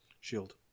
Shield